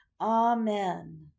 amen